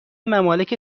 ممالک